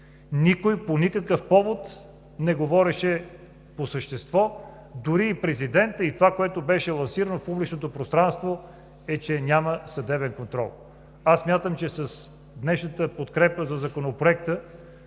Никой по никакъв повод не говореше по същество, дори и президентът, и това, което беше лансирано в публичното пространство, е, че няма съдебен контрол. Смятам, че с днешната подкрепа за Законопроекта